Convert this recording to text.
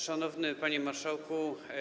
Szanowny Panie Marszałku!